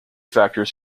factors